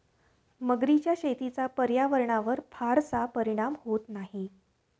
मगरीच्या शेतीचा पर्यावरणावर फारसा परिणाम होत नाही